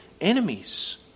enemies